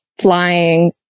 flying